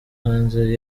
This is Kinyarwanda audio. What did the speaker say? hanze